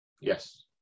Yes